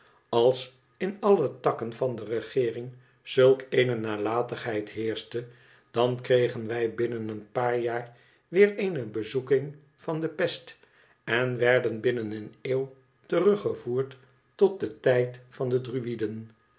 als in alle takken van de regeering zulk eene nalatigheid heerschte dan kregen wij binnen een paar jaar weer eene bezoeking van de pest en werden binnen een eeuw teruggevoerd tot den tijd van de